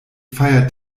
feiert